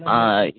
ஆ